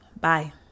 Bye